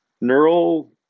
neural